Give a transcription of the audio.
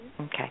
Okay